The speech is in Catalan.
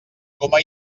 coma